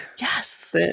yes